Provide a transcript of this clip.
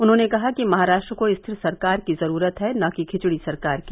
उन्होंने कहा कि महाराष्ट्र को स्थिर सरकार की जरूरत है न कि खिचड़ी सरकार की